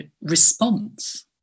response